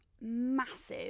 massive